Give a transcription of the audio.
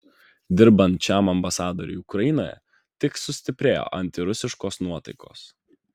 dirbant šiam ambasadoriui ukrainoje tik sustiprėjo antirusiškos nuotaikos